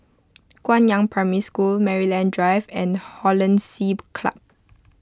Guangyang Primary School Maryland Drive and Hollandse Club